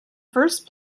first